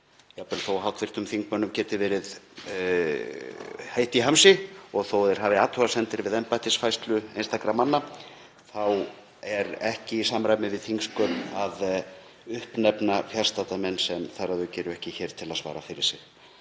þó að hv. þingmönnum geti verið heitt í hamsi og þó að þeir hafi athugasemdir við embættisfærslu einstakra manna þá er ekki í samræmi við þingsköp að uppnefna fjarstadda menn sem þar að auki eru ekki hér til að svara fyrir sig.